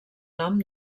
nom